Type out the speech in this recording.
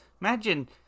Imagine